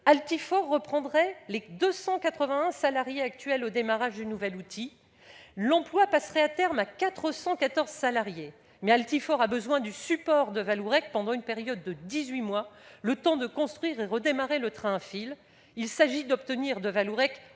Altifort reprendrait les 281 salariés actuels au démarrage du nouvel outil ; l'emploi passerait à terme à 414 salariés. Mais Altifort a besoin du support de Vallourec pendant une période de dix-huit mois, le temps de construire et de démarrer le train à fil. Il s'agit d'obtenir de Vallourec